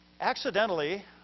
Accidentally